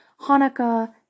Hanukkah